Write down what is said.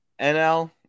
NL